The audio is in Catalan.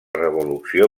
revolució